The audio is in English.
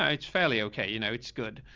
ah it's fairly okay. you know it's good,